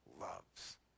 loves